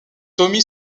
tommy